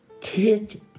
Take